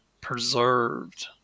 preserved